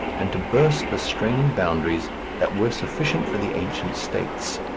and to burst the straining boundaries that were sufficient for the ancient states.